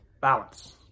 balance